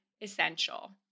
essential